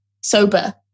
sober